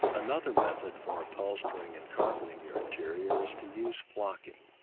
another method for upholstering and carpeting your interior is to use flocking.